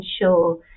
ensure